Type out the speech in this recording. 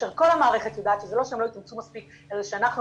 כאשר כל המערכת יודעת שזה לא שהם לא התאמצו מספיק אלא שאנחנו,